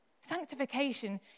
Sanctification